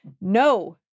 No